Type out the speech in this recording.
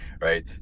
right